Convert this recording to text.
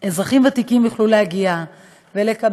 אזרחים ותיקים יוכלו להגיע ולקבל,